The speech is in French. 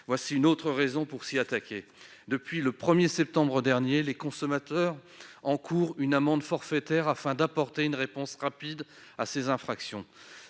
là une autre raison de s'y attaquer. Depuis le 1 septembre dernier, les consommateurs encourent une amende forfaitaire, dont le but est d'apporter une réponse rapide à ces infractions.